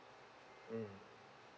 mm